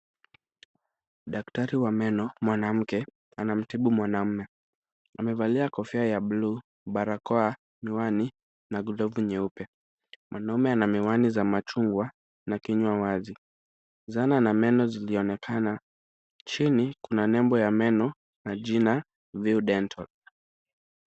Daktari wa meno mwanamke anamtibu mwanaume. Amevalia kofia ya bluu, barakoa, miwani na glovu nyeupe. Mwanaume ana miwani za machungwa na kinywa wazi. Zana na meno zilionekana, chini kuna nembo ya meno na jina view dental .